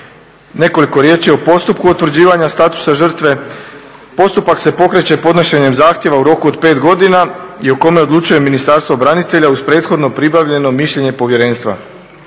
Nekoliko riječi o postupku utvrđivanja statusa žrtve. Postupak se pokreće podnošenjem zahtjeva u roku od 5 godina i u kome odlučuje Ministarstvo branitelja uz prethodno pribavljeno mišljenje povjerenstva.